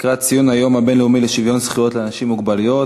לקראת ציון היום הבין-לאומי לשוויון זכויות לאנשים עם מוגבלויות,